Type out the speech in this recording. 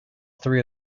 three